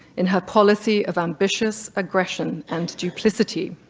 in her policy of ambitious aggression and duplicity.